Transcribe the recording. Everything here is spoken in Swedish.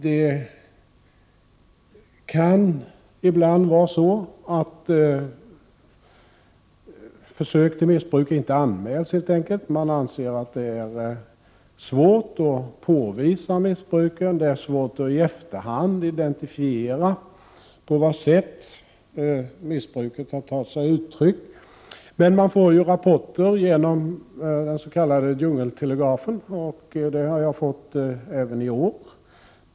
Det kan helt enkelt ibland vara så att försök till missbruk inte anmäls. Man anser att det är svårt att påvisa missbruken. Det är svårt att i efterhand identifiera på vilket sätt missbruket har tagit sig uttryck. Man kan emellertid få rapporter genom den s.k. djungeltelegrafen. Det har jag fått även i år.